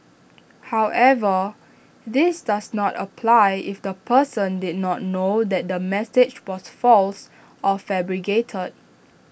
however this does not apply if the person did not know that the message was false or fabricated